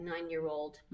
nine-year-old